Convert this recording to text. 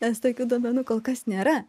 nes tokių duomenų kol kas nėra